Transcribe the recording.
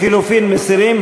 לחלופין מסירים?